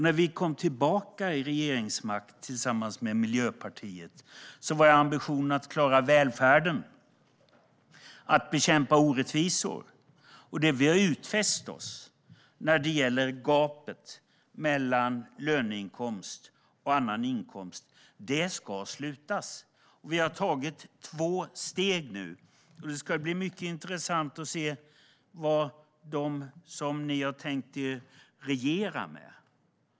När vi fick tillbaka regeringsmakten tillsammans med Miljöpartiet var ambitionen att klara välfärden och bekämpa orättvisor. Det vi har utfäst oss när det gäller gapet mellan löneinkomst och annan inkomst är att det ska slutas, och vi har tagit två steg nu. Det ska bli mycket intressant att se vilka ni har tänkt regera med.